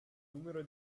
numero